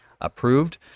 approved